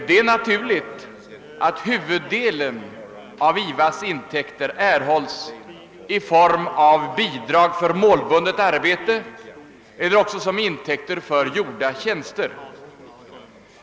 Det är naturligt att huvuddelen av IVA:s intäkter erhålls i form av bidrag för målbundet arbete eller som ersättning för utförda tjänster.